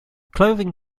clothing